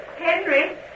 Henry